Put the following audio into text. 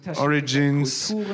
origins